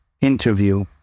interview